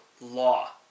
law